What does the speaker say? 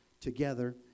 together